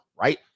right